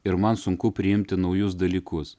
ir man sunku priimti naujus dalykus